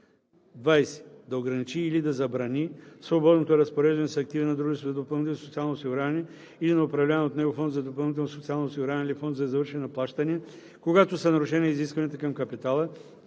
„20. да ограничи или да забрани свободното разпореждане с активи на дружеството за допълнително социално осигуряване или на управляван от него фонд за допълнително социално осигуряване или фонд за извършване на плащания, когато са нарушени изискванията към капитала,